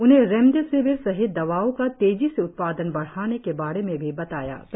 उन्हें रेमडेसिविर सहित दवाओं का तेजी से उत्पादन बढाने के बारे में भी बताया गया